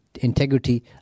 integrity